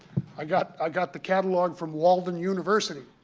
i got i got the catalog from walden university,